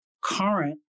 current